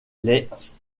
les